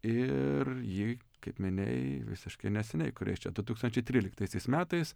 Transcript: ir jį kaip minėjai visiškai neseniai kuris čia du tūkstančiai tryliktaisiais metais